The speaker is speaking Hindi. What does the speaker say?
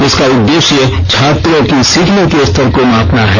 इसका उर्देश्य छात्रों की सीखने के स्तर को मापना है